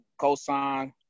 Cosign